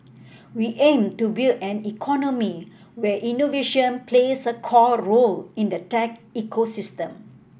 we aim to build an economy where innovation plays a core role in the tech ecosystem